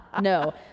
No